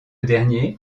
dernier